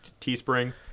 Teespring